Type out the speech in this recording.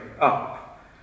up